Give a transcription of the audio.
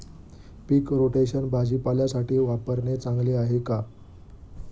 पीक rotation भाजीपाल्यासाठी वापरणे चांगले आहे का?